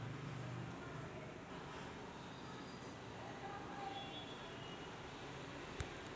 वाढती लोकसंख्या आणि शिक्षणाच्या व्यापकतेपासून कागदाची मागणी सातत्याने वाढत आहे